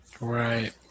Right